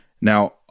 Now